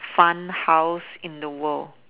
fun house in the world